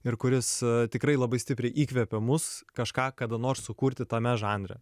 ir kuris tikrai labai stipriai įkvepė mus kažką kada nors sukurti tame žanre